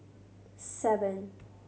seven